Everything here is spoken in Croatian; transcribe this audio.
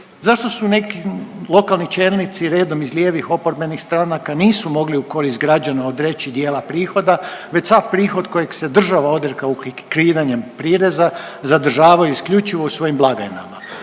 zašto su neki lokalni čelnici redom iz lijevih oporbenih stranaka nisu mogli u korist građana odreći dijela prihoda već sav prihod kojeg se država odrekla u kreiranjem prireza zadržavaju isključivo u svojim blagajnama